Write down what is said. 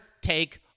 take